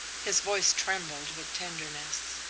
his voice trembled with tenderness.